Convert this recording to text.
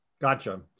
Gotcha